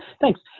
Thanks